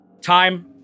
Time